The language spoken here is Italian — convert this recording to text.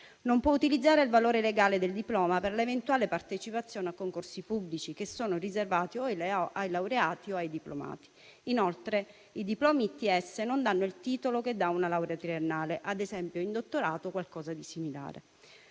non può utilizzare il valore legale del diploma per l'eventuale partecipazione a concorsi pubblici, che sono riservati o ai laureati o ai diplomati. Inoltre, i diplomi ITS non danno il titolo che dà una laurea triennale; ad esempio, il dottorato o qualcosa di similare.